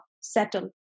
settle